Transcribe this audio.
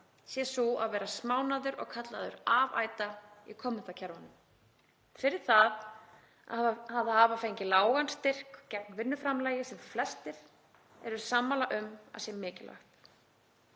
sé sú að vera smánaður og kallaður afæta í kommentakerfunum, fyrir það að hafa fengið lágan styrk gegn vinnuframlagi sem flestir eru sammála um að sé mikilvægt.